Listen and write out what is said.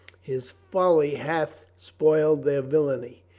his folly hath spoiled their villainy.